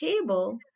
table